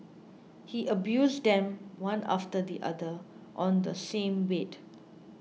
he abused them one after the other on the same bed